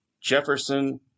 Jefferson